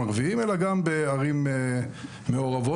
העלות של ההקמה היא כמעט כפולה למעלה מ-20 מיליארד שקל,